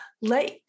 Let